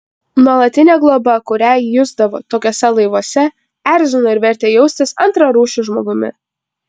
nuolatinė globa kurią jusdavo tokiuose laivuose erzino ir vertė jaustis antrarūšiu žmogumi